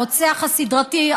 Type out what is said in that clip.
הרוצח הסדרתי,